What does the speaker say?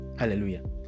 Hallelujah